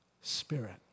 Spirit